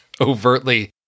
overtly